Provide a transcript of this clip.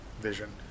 vision